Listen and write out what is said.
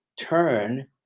turn